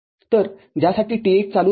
तर ज्यासाठी T१ चालू राहील